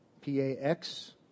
P-A-X